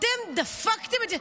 אתם דפקתם את זה.